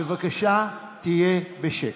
בבקשה תהיה בשקט.